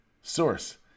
Source